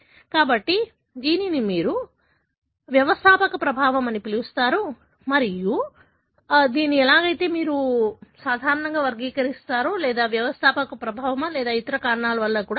కాబట్టి దీనిని మీరు వ్యవస్థాపక ప్రభావం అని పిలుస్తారు మరియు మీరు సాధారణంగా ఎలా వర్గీకరిస్తారు మరియు ఇది వ్యవస్థాపక ప్రభావమా లేక ఇతర కారణాల వల్ల కావచ్చు